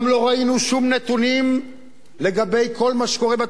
שום נתונים לגבי כל מה שקורה בתקציב.